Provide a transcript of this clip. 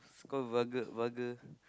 scold vulgar vulgar